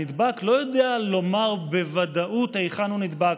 הנדבק לא יודע לומר בוודאות היכן נדבק,